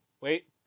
Wait